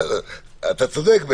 אתה צודק.